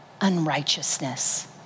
unrighteousness